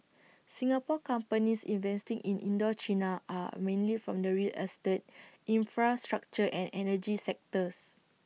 Singapore companies investing in Indochina are mainly from the real estate infrastructure and energy sectors